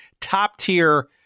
top-tier